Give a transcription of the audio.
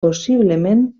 possiblement